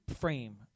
frame